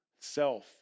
self